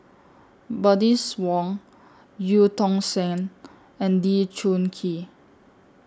Bernice Wong EU Tong Sen and Lee Choon Kee